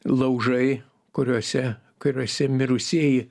laužai kuriuose kuriuose mirusieji